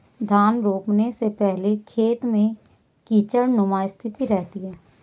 धान रोपने के पहले खेत में कीचड़नुमा स्थिति रहती है